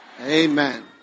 Amen